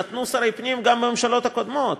נתנו שרי פנים גם בממשלות הקודמות,